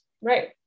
Right